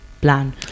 plan